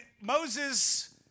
Moses